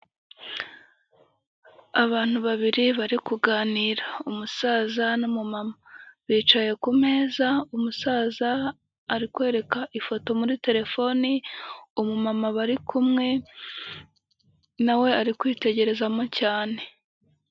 Abantu babiri bari kuganira umusaza n'umumama bicaye ku meza umusaza ari kwereka ifoto muri terefoni umumama bari kumwe, nawe ari kwitegerezamo cyane.